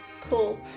Cool